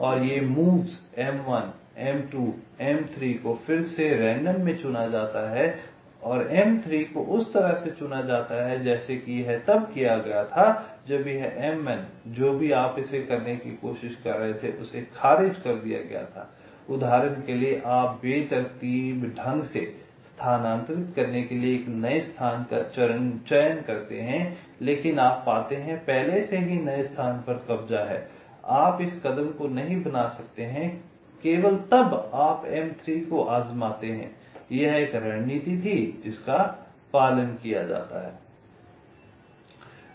और ये moves M1 M2 M3 को फिर से रैंडम में चुना जाता है और M3 को उस तरह से चुना जाता है जैसा कि यह तब किया गया था जब यह M1 जो भी आप इसे करने की कोशिश कर रहे थे उसे खारिज कर दिया गया था उदाहरण के लिए आप बेतरतीब ढंग से स्थानांतरित करने के लिए एक नए स्थान का चयन करते हैं लेकिन आप पाते हैं कि पहले से ही नए स्थान पर कब्जा है आप इस कदम को नहीं बना सकते हैं केवल तब आप M3 को आज़माते हैं यह एक रणनीति थी जिसका पालन किया जाता है